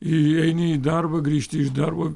įeini į darbą grįžti iš darbo